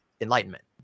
enlightenment